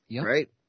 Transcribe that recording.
Right